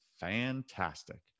fantastic